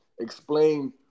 explain